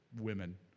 women